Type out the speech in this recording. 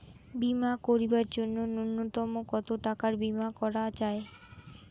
বীমা করিবার জন্য নূন্যতম কতো টাকার বীমা করা যায়?